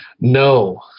No